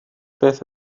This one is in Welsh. beth